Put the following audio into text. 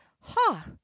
Ha